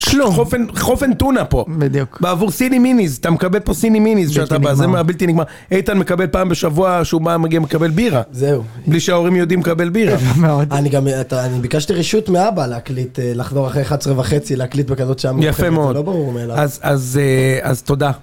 חופן טונה פה, בעבור סיני מיניז, אתה מקבל פה סיני מיניז שאתה בא, זה מה בלתי נגמר. איתן מקבל פעם בשבוע שהוא מגיע מקבל בירה, בלי שההורים יודעים מקבל בירה. אני גם, אני ביקשתי רשות מאבא להקליט, לחזור אחרי 11 וחצי להקליט בכזאת שעה מאוחרת. יפה מאוד, אז תודה.